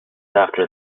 after